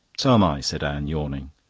so am i, said anne, yawning.